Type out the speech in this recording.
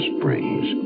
Springs